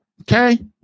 Okay